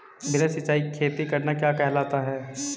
बिना सिंचाई खेती करना क्या कहलाता है?